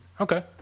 Okay